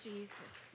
Jesus